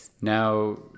now